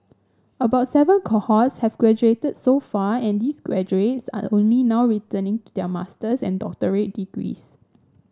about seven cohorts have graduated so far and these graduates are only now returning their master's and doctorate degrees